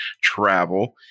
travel